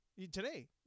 Today